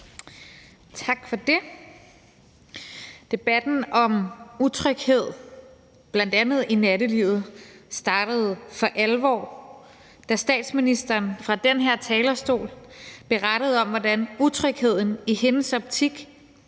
Tak for det. Debatten om utryghed, bl.a. i nattelivet, startede for alvor, da statsministeren fra den her talerstol berettede om, hvordan utrygheden i hendes optik